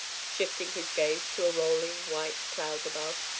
shifting his gaze to a rolling white cloud above.